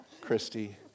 Christy